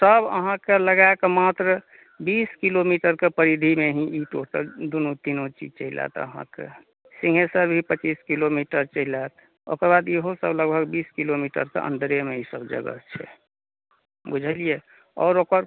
सब अहाँके लगाके मात्र बीस किलोमीटर के परिधि मे ही ई टोटल दुनू तीनो चीज चलि आयत अहाँके सिंहेश्वर भी पच्चीस किलोमीटर चलि आयत ओकरबाद इहो सब लगभग बीस किलोमीटर के अन्दरे मे ई सब जगह छै बुझलियै और ओकर